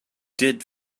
did